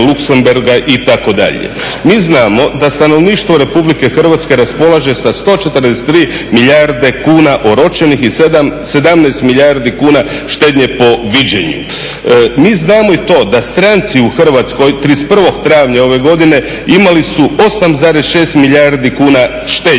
Mi znamo da stanovništvo RH raspolaže sa 143 milijarde kuna oročenih i 17 milijardi kuna štednje po viđenju. Mi znamo i to da stranci u Hrvatskoj 31. travnja ove godine imali su 8,6 milijardi kuna štednje.